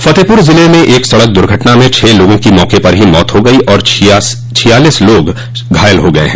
फतेहपुर ज़िले में एक सड़क दुर्घटना में छह लोगों की मौके पर ही मौत हो गयी और छियालीस लोग घायल हो गये हैं